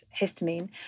histamine